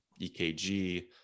EKG